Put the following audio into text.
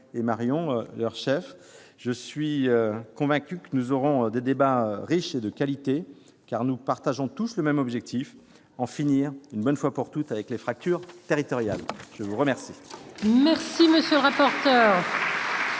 européennes. Je suis convaincu que nous aurons des débats riches et de qualité, car nous partageons tous le même objectif : en finir, une bonne fois pour toutes, avec les fractures territoriales. La parole